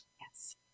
Yes